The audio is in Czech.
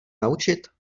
naučit